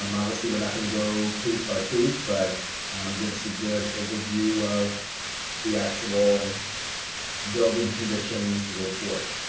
um obviously, we're not gonna go page by page but give us a good overview of the actual building conditions report.